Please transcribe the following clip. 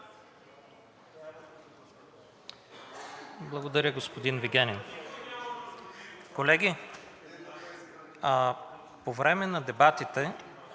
Благодаря, господин Вигенин. Колеги, по време на дебатите